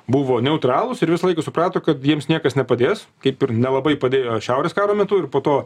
buvo neutralūs ir visą laiką suprato kad jiems niekas nepadės kaip ir nelabai padėjo šiaurės karo metu ir po to